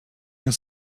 you